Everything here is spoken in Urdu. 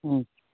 اچھا